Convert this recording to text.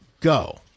go